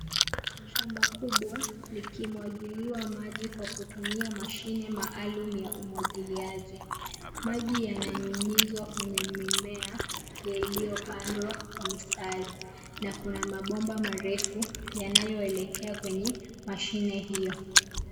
Shamba kubwa likimwagiliwa maji kwa kutumia mashine maalum ya umwagiliaji. Maji yananyunyizwa kwenye mimea yaliyo pandwa kwa mistari na kuna mabomba marefu yanayo elekea kwenye mashine hiyo.